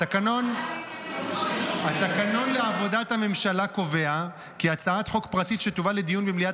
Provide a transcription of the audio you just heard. התקנון לעבודת הממשלה קובע כי הצעת חוק פרטית שתובא לדיון במליאה